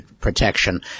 protection